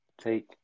Take